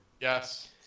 Yes